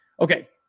Okay